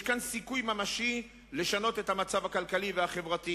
יש כאן סיכוי ממשי לשנות את המצב הכלכלי והחברתי,